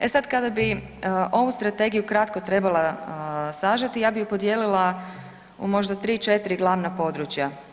E sad kada bi ovu strategiju kratko trebala sažeti, ja bi ju podijelila u možda 3-4 glavna područja.